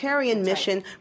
mission